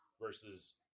versus